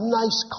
nice